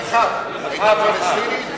רחב היתה פלסטינית?